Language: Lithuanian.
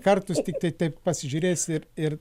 kartus tiktai taip pasižiūrėjęs ir